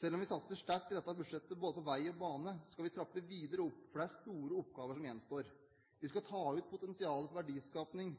Selv om vi satser sterkt i dette budsjettet både på vei og bane, skal vi trappe videre opp, for det er store oppgaver som gjenstår. Vi skal ta ut potensialet for verdiskapning